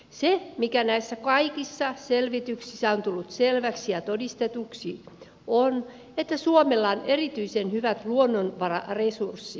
se mikä näissä kaikissa selvityksissä on tullut selväksi ja todistetuksi on se että suomella on erityisen hyvät luonnonvararesurssit